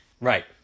Right